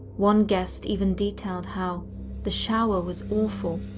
one guest even detailed how the shower was awful.